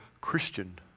Christian